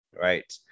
Right